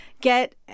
get